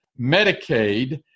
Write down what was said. Medicaid